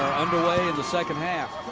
are under way in the second half.